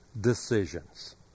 decisions